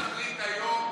שאם לא נכריז היום,